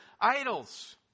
idols